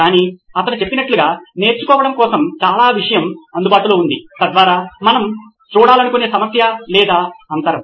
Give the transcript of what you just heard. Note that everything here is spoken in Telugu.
కానీ అతను చెప్పినట్లుగా నేర్చుకోవడం కోసం చాలా విషయము అందుబాటులో ఉంది తద్వారా ఇది మనం చూడాలనుకునే సమస్య లేదా అంతరం